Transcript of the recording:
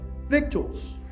victuals